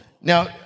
Now